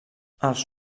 als